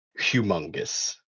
humongous